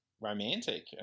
romantic